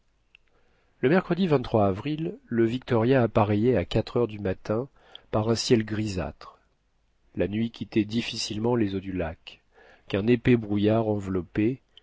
le mercredi avril le victoria appareillait à quatre heures du matin par un ciel grisâtre la nuit quittait difficilement les eaux du lac qu'un épais brouillard enveloppait